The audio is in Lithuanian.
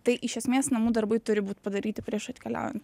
tai iš esmės namų darbai turi būt padaryti prieš atkeliaujant